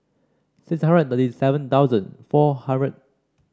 six hundred thirty seven thousand four hundred